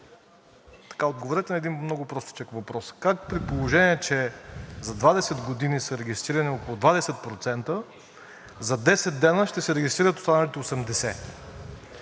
отговорете на един много простичък въпрос: как, при положение че за 20 години са регистрирани около 20%, за 10 дни ще се регистрират останалите 80%?